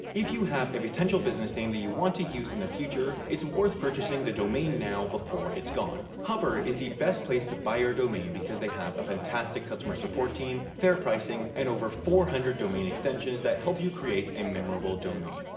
if you have a potential business name you want to use in the future, it's worth purchasing the domain now before its gone. hover is the best place to buy your domain because they have a fantastic customer support team, fair pricing, and over four hundred domain extensions that help you create a memorable domain.